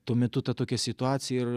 tuo metu ta tokia situacija ir